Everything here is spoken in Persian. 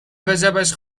وجبش